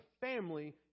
family